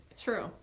True